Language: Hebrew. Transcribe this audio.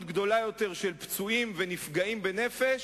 גדולה יותר של פצועים ונפגעים בנפש,